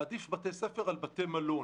להעדיף בתי ספר על בתי מלון.